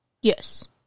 Yes